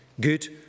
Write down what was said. Good